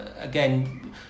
again